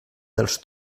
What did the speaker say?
dels